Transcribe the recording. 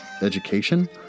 Education